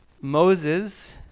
Moses